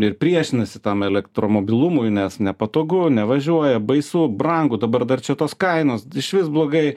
ir priešinasi tam elektromobilumui nes nepatogu nevažiuoja baisu brangu dabar dar čia tos kainos išvis blogai